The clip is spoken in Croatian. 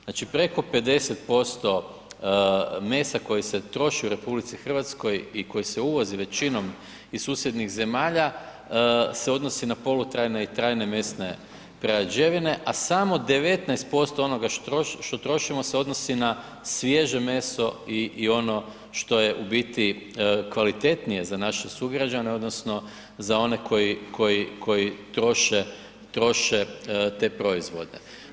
Znači preko 50% mesa koje se troši u RH i koje se uvozi većinom iz susjednih zemalja se odnosi na polutrajne i trajne mesne prerađevine a samo 19% onoga što trošimo se odnosi na svježe meso i ono što je u biti kvalitetnije za naše sugrađane odnosno za one koji troše te proizvode.